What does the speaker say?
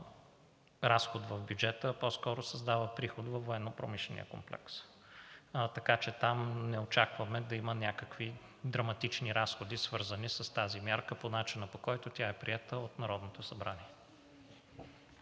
разход в бюджета, а по-скоро създава приход във военнопромишления комплекс. Така че там не очакваме да има някакви драматични разходи, свързани с тази мярка, по начина, по който тя е приета от Народното събрание.